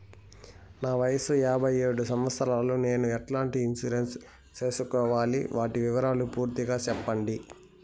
నా వయస్సు యాభై ఏడు సంవత్సరాలు నేను ఎట్లాంటి ఇన్సూరెన్సు సేసుకోవాలి? వాటి వివరాలు పూర్తి గా సెప్పండి?